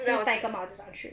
戴个帽子上去